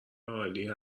عالی